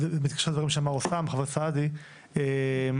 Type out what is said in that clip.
להעלות, חבר הכנסת סעדי התייחס אליו.